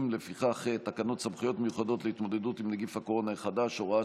תקנות סמכויות מיוחדות להתמודדות עם נגיף הקורונה החדש (הוראת